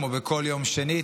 כמו בכל יום שני,